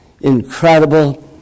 incredible